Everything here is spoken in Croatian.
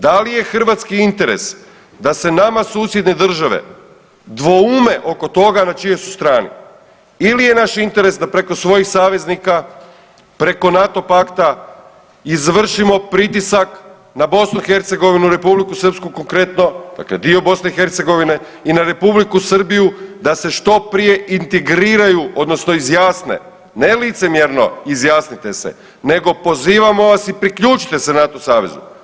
Da li je hrvatski interes da se nama susjedne države dvoume oko toga na čijoj su strani ili je naš interes sa preko svojih saveznika, preko NATO pakta izvršimo pritisak na BiH, Republiku Srpsku konkretno dakle dio BiH i na Republiku Srbiju da se što prije integriraju odnosno izjasne, ne licemjerno izjasnite se nego pozivamo vas i priključite se NATO savezu.